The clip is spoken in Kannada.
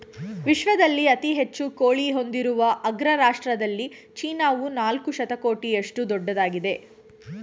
ವಿಶ್ವದಲ್ಲಿ ಅತಿ ಹೆಚ್ಚು ಕೋಳಿ ಹೊಂದಿರುವ ಅಗ್ರ ರಾಷ್ಟ್ರದಲ್ಲಿ ಚೀನಾವು ನಾಲ್ಕು ಶತಕೋಟಿಯಷ್ಟು ದೊಡ್ಡದಾಗಿದೆ